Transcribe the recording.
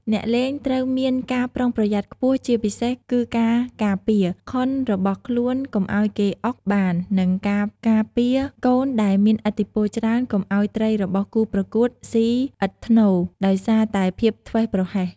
អ្នកលេងត្រូវមានការប្រុងប្រយ័ត្នខ្ពស់ជាពិសេសគឺការការពារ «ខុន» របស់ខ្លួនកុំឱ្យគេ «អុក» បាន និងការការពារកូនដែលមានឥទ្ធិពលច្រើនកុំឱ្យត្រីរបស់គូប្រកួតស៊ីឥតថ្នូរ ដោយសារតែភាពធ្វេសប្រហែស។